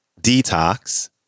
Detox